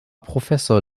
professor